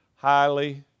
Highly